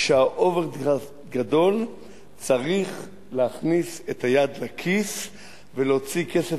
כשהאוברדרפט גדול צריך להכניס את היד לכיס ולהוציא כסף,